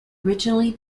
originally